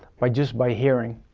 by just by hearing,